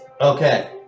Okay